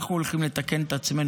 אנחנו הולכים לתקן את עצמנו.